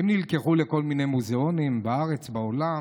והם נלקחו לכל מיני מוזיאונים בארץ, בעולם.